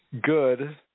good